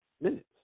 minutes